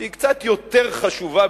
שהיא קצת יותר חשובה,